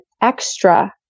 Extra